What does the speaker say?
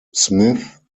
smyth